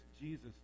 Jesus